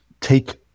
take